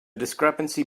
discrepancy